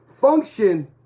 function